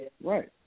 Right